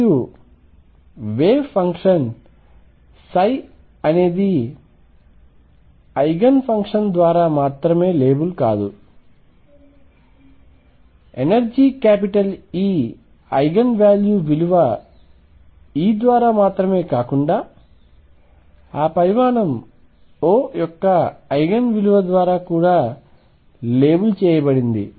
మరియు wave function అనేది eigenfunction ద్వారా మాత్రమే లేబుల్ కాదు ఎనర్జీ E ఐగెన్ విలువ E ద్వారా మాత్రమే కాకుండా ఆ పరిమాణం O యొక్క ఐగెన్ విలువ ద్వారా కూడా లేబుల్ చేయబడింది